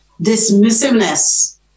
dismissiveness